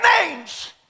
names